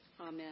Amen